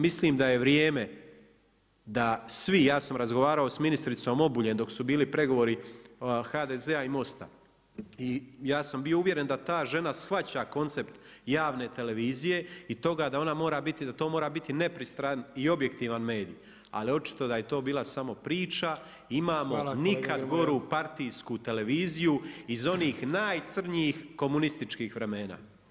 Mislim da je vrijeme da svi, ja sam razgovarao sa ministricom Obuljen dok su bili pregovori HDZ-a i MOST-a, i ja sam bio uvjeren da ta žena shvaća koncept javne televizije i toga da to mora biti nepristran i objektivan medij, ali očito da je to bila samo priča, imamo nikad goru partijsku televiziju iz onih najcrnjih komunističkih vremena.